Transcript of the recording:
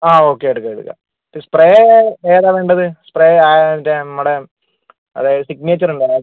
അ okay എടുക്കാം എടുക്കാം spray ഏതാ വേണ്ടത് സ്പ്രേ നമ്മുടെ മറ്റേ നമ്മടെ അതായത് സിഗ്നേച്ചര് എന്താണ്